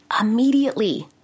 immediately